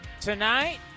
Tonight